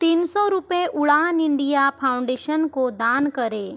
तीन सौ रुपये उड़ान इंडिया फाउंडेशन को दान करें